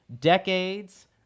decades